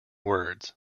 words